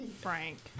Frank